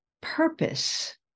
purpose